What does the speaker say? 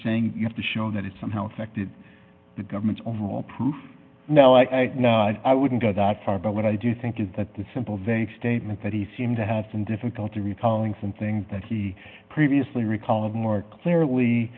saying you have to show that it somehow affected the government's overall proof now i think i wouldn't go that far but what i do think is that the simple vague statement that he seemed to have some difficulty recalling something that he previously recalled more clearly